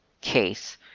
case